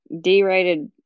d-rated